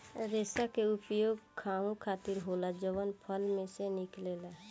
रेसा के उपयोग खाहू खातीर होला जवन फल में से निकलेला